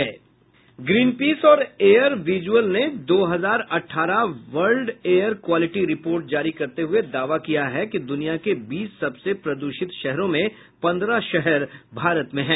green peas और air visual ने दो हजार अठारह वर्ल्ड एअर क्वॉलिटी रिपोर्ट जारी करते हुये दावा किया कि दुनिया के बीस सबसे प्रदूषित शहरों में पन्द्रह शहर भारत में है